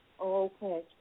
Okay